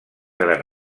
gran